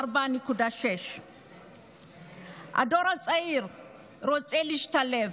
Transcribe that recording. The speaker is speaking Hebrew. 64.6%. הדור הצעיר רוצה להשתלב,